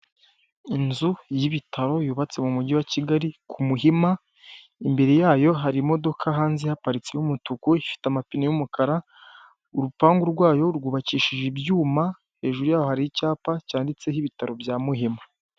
Inyubako ndende iriho izina rya sanilamu nabyo ni ubwishingizi bufasha abantu, bugoboka abantu mu bihe by'akaga ndetse hari umugabo wambaye ingofero y'icyatsi, yambaye n'ishati ari kugenda nkuhagana, hari moto itwaye umugenzi hari n'undi muntu wambaye umupira w'ubururu uri kugenda imbere y'aho hari ibiti n'imikindo.